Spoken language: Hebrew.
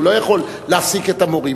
הוא לא יכול להפסיק את המורים.